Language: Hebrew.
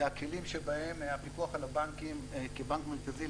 הכלים שבהם הפיקוח על הבנקים כבנק מרכזי,